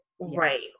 Right